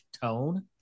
tone